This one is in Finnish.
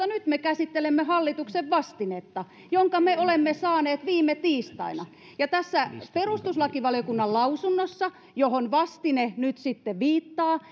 nyt me käsittelemme hallituksen vastinetta jonka me olemme saaneet viime tiistaina tässä perustuslakivaliokunnan lausunnossa johon vastine nyt sitten viittaa